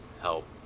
help